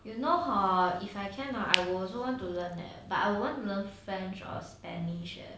you know hor if I can I will also want to learn leh but I want to learn french or spanish leh